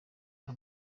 nka